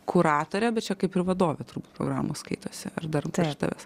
kuratorė bet čia kaip ir vadovė turbūt programų skaitosi ar dar virš tavęs